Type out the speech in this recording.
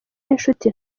n’inshuti